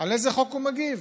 על איזה חוק הוא מגיב,